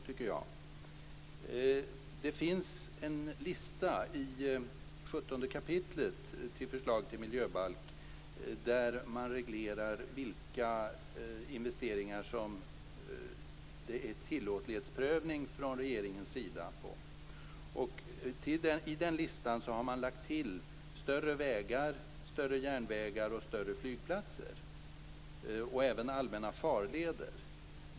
I förslaget till miljöbalk 17 kap. finns det en lista där man reglerar vid vilka investeringar som det skall ske en tillåtlighetsprövning från regeringens sida. Till den listan har man fogat större vägar, större järnvägar, större flygplatser och även allmänna farleder.